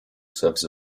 serves